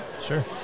Sure